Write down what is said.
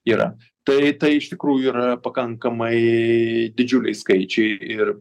yra tai tai iš tikrųjų ir pakankamai didžiuliai skaičiai ir